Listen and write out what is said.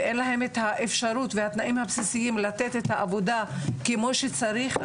ואין להם את האפשרות והתנאים הבסיסיים לתת את העבודה כמו שצריך,